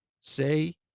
Say